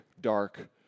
dark